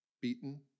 beaten